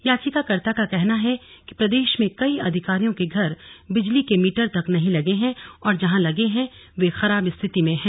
याचिकाकर्ता का कहना है कि प्रदेश में कई अधिकारियों के घर बिजली के मीटर तक नहीं लगे हैं और जहां लगे हैं वे खराब स्थिति में हैं